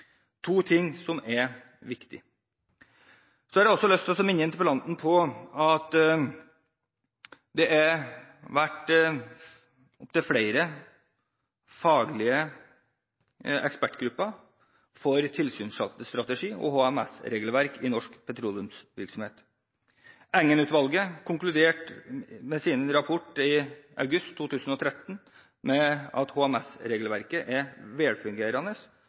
to ting som er viktige. Så har jeg lyst til å minne interpellanten på at det har vært opptil flere faglige ekspertgrupper for tilsynsstrategi og HMS-regelverk i norsk petroleumsvirksomhet. Engen-utvalget konkluderte i sin rapport av august 2013 med at HMS-regelverket er velfungerende